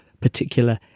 particular